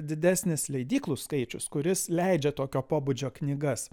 didesnis leidyklų skaičius kuris leidžia tokio pobūdžio knygas